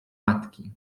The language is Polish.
matki